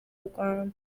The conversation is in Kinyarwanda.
rwanda